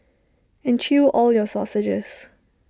and chew all your sausages